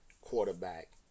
quarterback